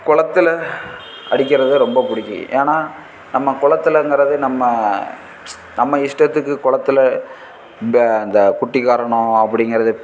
குளத்துல அடிக்கிறது ரொம்பப் பிடிக்கும் ஏன்னால் நம்ம குளத்துலங்கிறது நம்ம நம்ம இஷ்டத்துக்குக் குளத்துல பே இந்தக் குட்டிக்கரணம் அப்படிங்கிறது